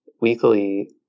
weekly